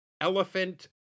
elephant